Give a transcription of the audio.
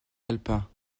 alpin